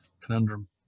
conundrum